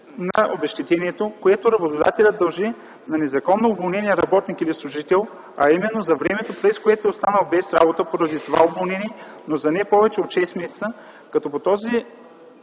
на обезщетението, което работодателят дължи на незаконно уволнения работник или служител, а именно за времето, през което е останал без работа поради това уволнение, но за не повече от 6 месеца, като в